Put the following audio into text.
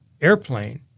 airplane